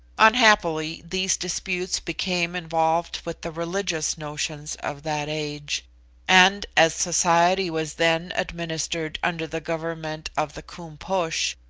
unhappily these disputes became involved with the religious notions of that age and as society was then administered under the government of the koom-posh,